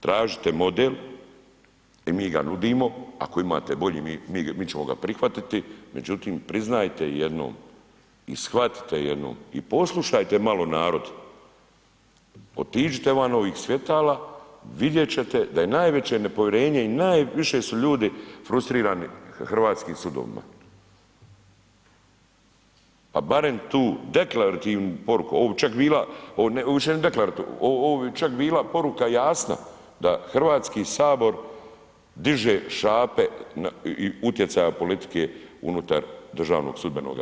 Tražite model i mi ga nudimo, ako imate bolji mi ćemo ga prihvatiti, međutim priznajte jednom i shvatite jednom i poslušajte malo narod, otiđite van ovih svjetala, vidjet ćete da je najveće nepovjerenje i najviše su ljudi frustrirani hrvatskim sudovima, pa barem tu deklarativnu poruku, ovo bi čak bila, ovo bi čak bila poruka jasna da HS diže šape utjecaja politike unutar DSV-a.